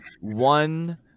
one